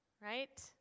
right